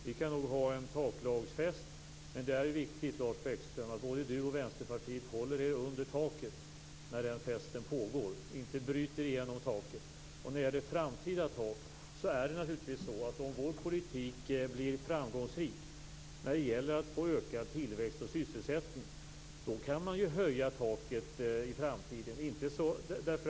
Vi kan nog ha en taklagsfest, men det är viktigt att både Lars Bäckström och Vänsterpartiet håller sig under taket när den festen pågår och inte bryter igenom det. Om vår politik blir framgångsrik när det gäller att få ökad tillväxt och sysselsättning kan man naturligtvis höja taket i framtiden.